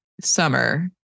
summer